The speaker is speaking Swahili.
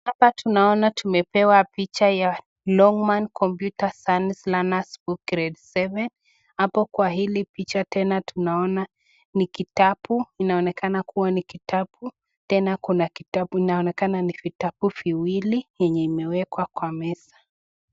Hapa tunaona tumepewa picha ya Lonman Computer Science Learner's Book Grade 7. Hapo kwa hili picha tunaona tena ni kitabu Tena kuna kitabu, inaonekana ni vitabu viwili yenye imewekwa kwa meza.